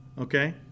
okay